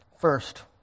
First